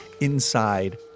inside